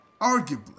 arguably